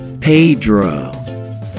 Pedro